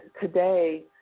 today